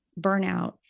burnout